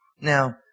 Now